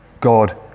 God